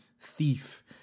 thief